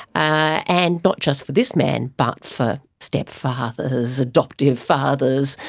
ah and not just for this man but for stepfathers, adoptive fathers,